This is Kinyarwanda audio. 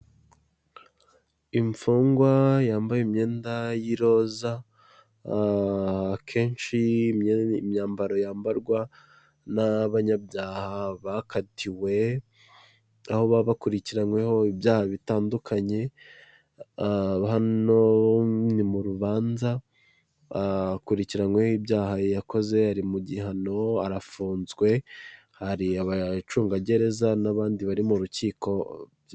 Imfungwa yambaye imyenda y'iroza, akenshi imyambaro yambarwa n'abanyabyaha bakatiwe, aho baba bakurikiranyweho ibyaha bitandukanye, hano ni mu rubanza, akurikiranyweho ibyaha yakoze, ari mu gihano arafunzwe, hari abacungagereza n'abandi bari mu rukiko,